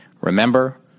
Remember